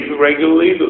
regularly